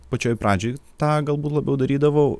pačioj pradžioj tą galbūt labiau darydavau